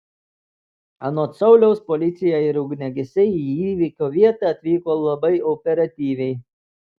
anot sauliaus policija ir ugniagesiai į įvykio vietą atvyko labai operatyviai